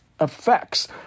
effects